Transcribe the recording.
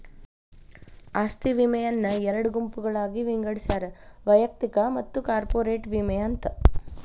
ಆಸ್ತಿ ವಿಮೆಯನ್ನ ಎರಡು ಗುಂಪುಗಳಾಗಿ ವಿಂಗಡಿಸ್ಯಾರ ವೈಯಕ್ತಿಕ ಮತ್ತ ಕಾರ್ಪೊರೇಟ್ ವಿಮೆ ಅಂತ